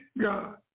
God